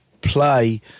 play